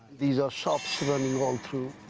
these are shops running all through.